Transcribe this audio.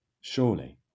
surely